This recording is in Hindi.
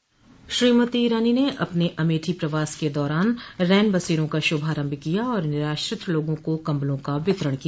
श्रीमती ईरानी ने अपने अमेठी प्रवास के दौरान रैन बसेरों का शुभारम्भ किया और निराश्रित लोगों को कंबलों का वितरण किया